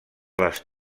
les